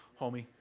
homie